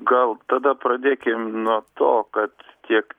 gal tada pradėkim nuo to kad tiek